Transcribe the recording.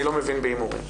אני לא מבין בהימורים.